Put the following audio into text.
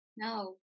No